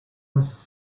was